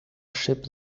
ship